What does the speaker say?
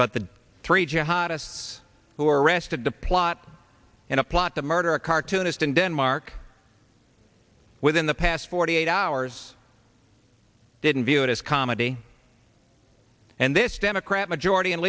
but the three g hottest who are arrested the plot in a plot to murder a cartoonist in denmark within the past forty eight hours didn't view it as comedy and this democrat majority